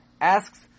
asks